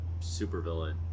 supervillain